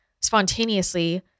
spontaneously